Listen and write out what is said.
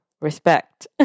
respect